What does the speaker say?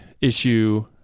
issue